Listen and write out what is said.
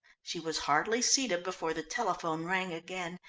she was hardly seated before the telephone rang again,